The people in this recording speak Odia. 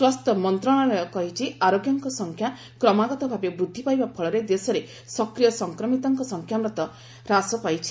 ସ୍ୱାସ୍ଥ୍ୟ ମନ୍ତ୍ରଣାଳୟ କହିଛି ଆରୋଗ୍ୟଙ୍କ ସଂଖ୍ୟା କ୍ରମାଗତ ଭାବେ ବୃଦ୍ଧି ପାଇବା ଫଳରେ ଦେଶରେ ସକ୍ରିୟ ସଂକ୍ରମିତଙ୍କ ସଂଖ୍ୟା ମଧ୍ୟ ହ୍ରାସ ପାଇଛି